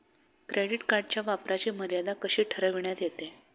Credit कार्डच्या वापराची मर्यादा कशी ठरविण्यात येते?